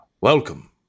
welcome